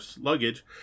luggage